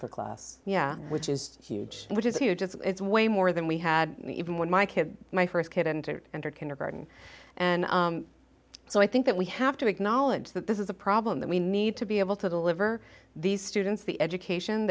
for class yeah which is huge which is huge it's way more than we had even when my kid my first kid entered entered kindergarten and so i think that we have to acknowledge that this is a problem that we need to be able to deliver these students the education